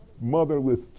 motherless